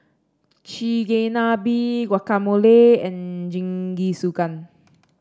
Chigenabe Guacamole and Jingisukan